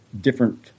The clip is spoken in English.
different